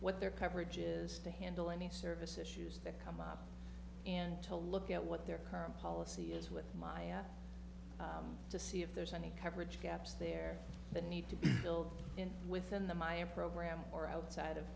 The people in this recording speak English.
what their coverage is to handle any service issues that come up and to look at what their current policy is with my eyes to see if there's any coverage gaps there that need to be filled in within the my own program or outside of